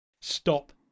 stop